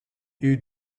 you